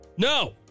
No